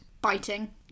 Biting